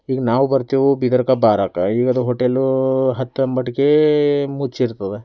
ಈಗ ನಾವು ಬರ್ತೇವು ಬೀದರಕ್ಕೆ ಬಾರಾಕ್ಕೆ ಈಗ ಅದು ಹೋಟೆಲೂ ಹತ್ತು ಅನ್ನೊಷ್ಟಕ್ಕೇ ಮುಚ್ಚಿರ್ತದೆ